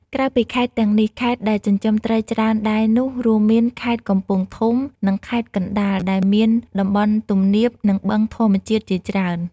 ក្រៅពីខេត្តទាំងនេះ ខេត្តដែលចិញ្ចឹមត្រីច្រើនដែរនោះរួមមាន ខេត្តកំពង់ធំ និងខេត្តកណ្ដាល ដែលមានតំបន់ទំនាប និងបឹងធម្មជាតិជាច្រើន។